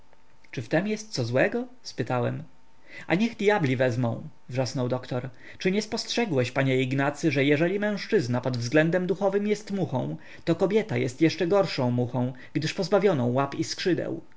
czy w tem jest co złego spytałem a niech dyabli wezmą wrzasnął doktor czy nie spostrzegałeś panie ignacy że jeżeli mężczyzna pod względem duchowym jest muchą to kobieta jest jeszcze gorszą muchą gdyż pozbawioną łap i skrzydeł